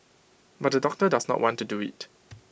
but the doctor does not want to do IT